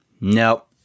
nope